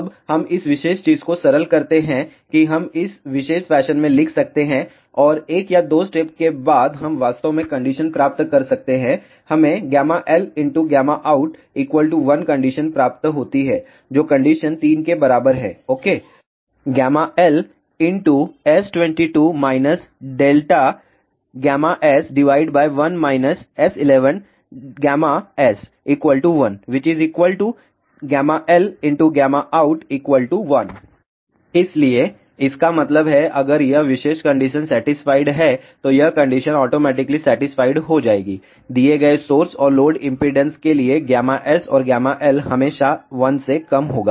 अब हम इस विशेष चीज को सरल करते है कि हम इस विशेष फैशन में लिख सकते हैं और एक या दो स्टेप्स के बाद हम वास्तव में कंडीशन प्राप्त कर सकते हैं हमें Lout1 कंडीशन प्राप्त होती है जो कंडीशन तीन के बराबर है ओके LS22 ∆s1 S11s1Lout1 इसलिए इसका मतलब है अगर यह विशेष कंडीशन सेटिस्फाइड है तो यह कंडीशन ऑटोमेटिकली सेटिस्फाइड हो जाएगी दिए गए सोर्स और लोड इम्पीडेन्स के लिए S और L हमेशा 1 से कम होगा